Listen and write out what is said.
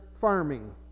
farming